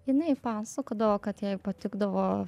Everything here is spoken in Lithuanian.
jinai pasakodavo kad jai patikdavo